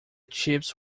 chips